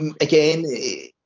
Again